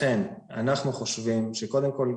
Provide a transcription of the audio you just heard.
לכן אנחנו חושבים שקודם כל,